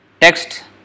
text